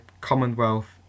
Commonwealth